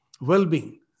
well-being